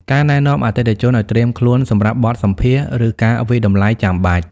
ការណែនាំអតិថិជនឱ្យត្រៀមខ្លួនសម្រាប់បទសម្ភាសន៍ ឬការវាយតម្លៃចាំបាច់។